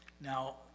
Now